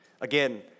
Again